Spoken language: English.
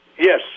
Yes